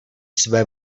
své